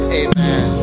amen